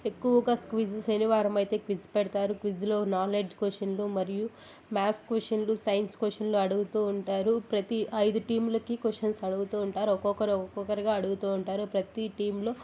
ఎక్కువగా క్విజ్ శనివారం అయితే క్విజ్ పెడతారు క్విజ్లో నాలెడ్జ్ క్వశ్చన్లు మరియు మ్యాథ్స్ క్వశ్చన్లు సైన్స్ క్వశ్చన్లు అడుగుతూ ఉంటారు ప్రతి ఐదు టీమ్లకి క్వశ్చన్స్ అడుగుతూ ఉంటారు ఒకరొకరు ఒకరొకరుగా అడుగుతూ ఉంటారు ప్రతి టీమ్లో